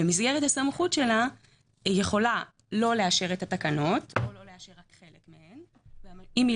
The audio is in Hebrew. במסגרת הסמכות שלה היא יכולה לא לאשר את התקנות או לא לאשר רק חלק מהן.